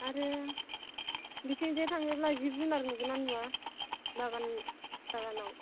आरो बेथिंजाय थाङोब्ला जिब जुनार नुगोन ना नुवा बागानाव